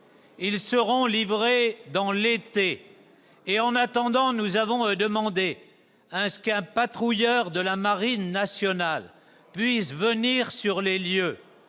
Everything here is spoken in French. Ils seront livrés pendant l'été. En attendant, nous avons demandé qu'un patrouilleur de la marine nationale puisse venir sur les lieux.